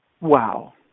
Wow